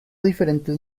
diferentes